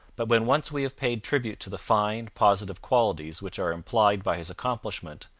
but when once we have paid tribute to the fine, positive qualities which are implied by his accomplishment,